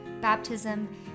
baptism